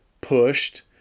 pushed